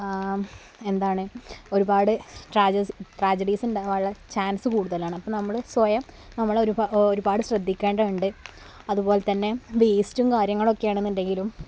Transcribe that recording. എന്താണ് ഒരുപാട് ട്രാജഡിസ് ഉണ്ടാവാനുള്ള ചാൻസ് കൂടുതലാണ് അപ്പം നമ്മൾ സ്വയം നമ്മൾ ഒരു ഒരുപാട് ശ്രദ്ധിക്കേണ്ടതുണ്ട് അതുപോലെ തന്നെ വേസ്റ്റും കാര്യങ്ങളും ഒക്കെയാണെന്നുണ്ടെങ്കിലും